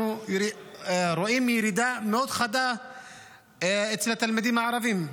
אנחנו רואים ירידה מאוד חדה אצל התלמידים הערבים,